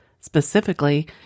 Specifically